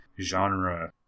genre